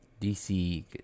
dc